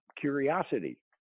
curiosity